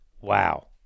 wow